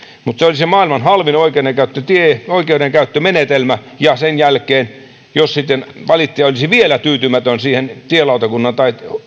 se olisi maailman halvin oikeudenkäyttömenetelmä ja oikeudenkäyttömenetelmä ja sen jälkeen jos sitten valittaja olisi vielä tyytymätön siihen tielautakunnan tai